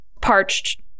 parched